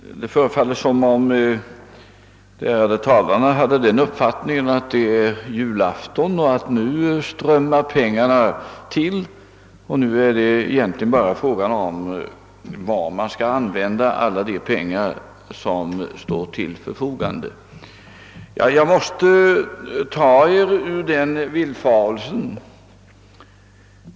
Herr talman! Det förefaller som om de ärade talarna hade den uppfattningen, att det nu är julafton, att pengarna nu strömmar till och att det egentligen bara är fråga om var man skall använda alla de pengar som står till förfogande! Jag måste ta er ur den villfarelsen.